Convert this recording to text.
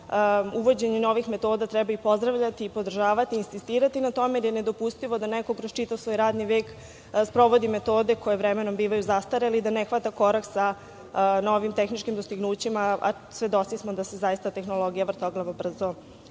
uvođenje novih metoda treba i pozdravljati i podržavati i insistirati na tome i da je nedopustivo da neko kroz čitav svoj radni vek sprovodi metode koje vremenom bivaju zastarele i da ne hvata korak sa novim tehničkim dostignućima, a svedoci smo da se zaista tehnologija vrtoglavo brzo